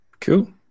cool